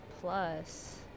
plus